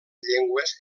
llengües